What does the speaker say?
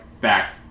back